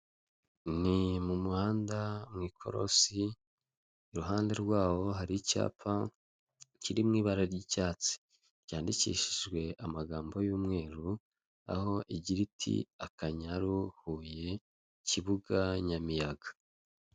Urupapuro rwanditseho amabara agiye atandukanye, harimo ubururu, umuhondo, icyatsi rwo rurasa umweru, amagambo yanditse mu ibara ry'umukara n'ubururu, bikaba byanditse mu rurimi rw'icyongereza.